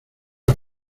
las